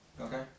Okay